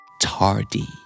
tardy